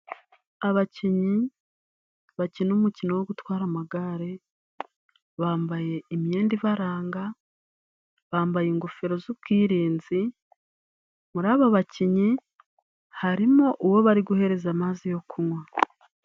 abakinnyi bakina umukino wo gutwara amagare, bambaye imyenda ibaranga, bambaye ingofero z'ubwirinzi. muri aba bakinnyi harimo uwo bari guhereza amazi yo kunywa.